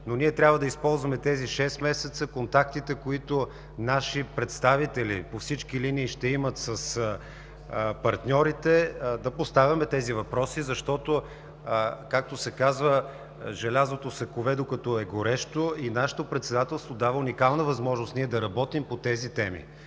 ние трябва да използваме тези шест месеца, контактите, които наши представители по всички линии ще имат с партньорите, и да поставяме тези въпроси, защото, както се казва, „желязото се кове, докато е горещо“ и нашето Председателство дава уникална възможност ние да работим по тези теми.